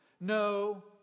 no